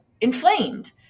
inflamed